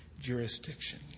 jurisdiction